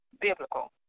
biblical